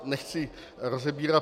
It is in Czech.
Nechci to rozebírat.